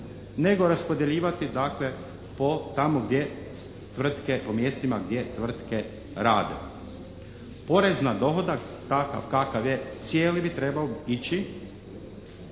po tamo gdje tvrtke, po mjestima gdje tvrtke rade. Porez na dohodak takav kakav je cijeli bi trebao ići